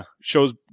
shows